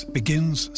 begins